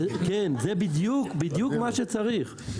כן, זה בדיוק מה שצריך.